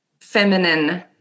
feminine